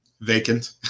Vacant